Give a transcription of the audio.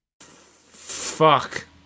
Fuck